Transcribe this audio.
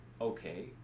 Okay